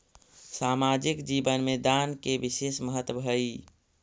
सामाजिक जीवन में दान के विशेष महत्व हई